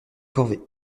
corvées